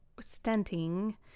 stenting